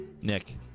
Nick